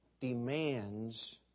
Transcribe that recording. demands